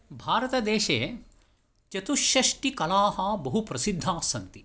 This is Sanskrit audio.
भारतदेशे चतुष्षष्टिकलाः बहुप्रसिद्धाः सन्ति